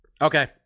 Okay